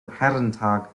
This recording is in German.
herrentag